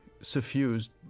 suffused